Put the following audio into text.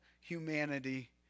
humanity